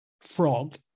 frog